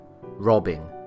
robbing